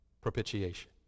propitiation